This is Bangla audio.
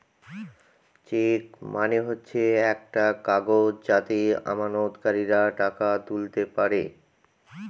চেক মানে হচ্ছে একটা কাগজ যাতে আমানতকারীরা টাকা তুলতে পারে